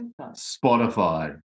Spotify